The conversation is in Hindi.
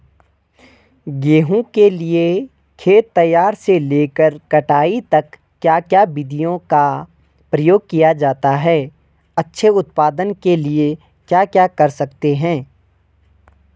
गेहूँ के लिए खेत तैयार से लेकर कटाई तक क्या क्या विधियों का प्रयोग किया जाता है अच्छे उत्पादन के लिए क्या कर सकते हैं?